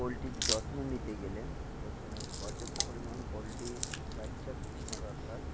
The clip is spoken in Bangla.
পোলট্রীর যত্ন নিতে গেলে প্রথমে পর্যাপ্ত পরিমাণ পোলট্রীর বাচ্চা কেনা দরকার